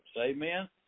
Amen